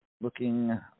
Looking